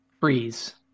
freeze